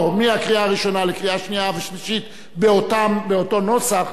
מקריאה ראשונה לקריאה שנייה ולקריאה שלישית באותו נוסח,